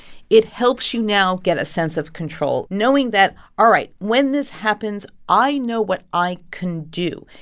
it helps you now get a sense of control, knowing that, all right, when this happens, i know what i can do.